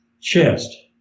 chest